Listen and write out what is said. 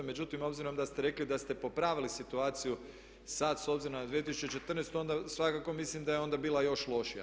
Međutim, obzirom da ste rekli da ste popravili situaciju sad s obzirom na 2014. onda svakako mislim da je onda bila još lošija.